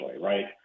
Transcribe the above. right